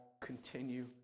continue